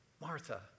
Martha